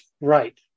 Right